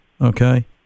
okay